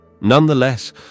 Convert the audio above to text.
Nonetheless